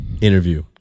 interview